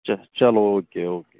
چس چلو okay okay او کے